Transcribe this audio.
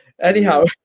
anyhow